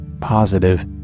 positive